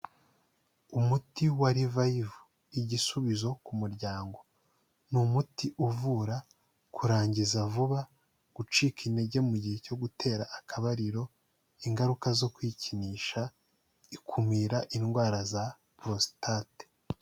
Umuti wa rivayivu igisubizo ku muryango, ni umuti uvura kurangiza vuba, gucika intege mu gihe cyo gutera akabariro, ingaruka zo kwikinisha, ikumira indwara za porositate.